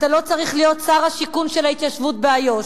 אתה לא צריך להיות שר השיכון של ההתיישבות באיו"ש.